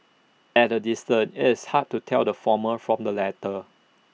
at A distance it's hard to tell the former from the latter